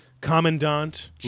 Commandant